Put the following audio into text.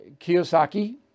Kiyosaki